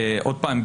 עוד פעם,